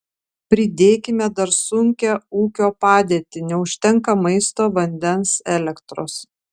pridėkime dar sunkią ūkio padėtį neužtenka maisto vandens elektros